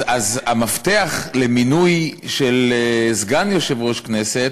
רוב זה 90. אז המפתח למינוי של סגן יושב-ראש כנסת,